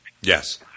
Yes